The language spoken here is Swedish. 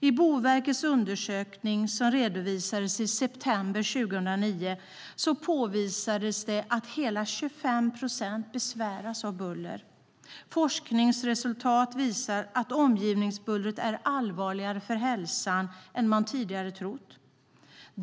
Av Boverkets undersökning som redovisades i september 2009 framgår att hela 25 procent besvärades av buller. Forskningsresultat visar att omgivningsbuller är allvarligare för hälsan än man tidigare trott.